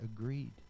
agreed